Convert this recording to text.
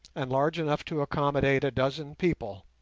and large enough to accommodate a dozen people.